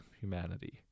humanity